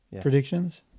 predictions